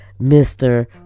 Mr